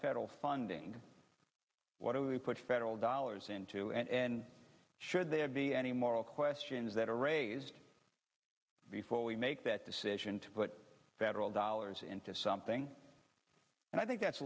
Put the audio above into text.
federal funding what do we put federal dollars into and should there be any moral questions that are raised before we make that decision to put federal dollars into something and i think that's a